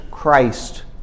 Christ